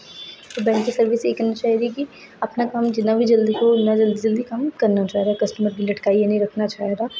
bank दी service ऐसी होनी चाहिदी कि अपना कम्म जि'न्ना बी जल्दी हो इ'न्ना गै जल्दी कम्म करना चाहिदा कस्टमर गी लटकाइयै नेईं रखना चाहिदा